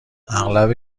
اغلب